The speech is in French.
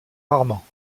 rarement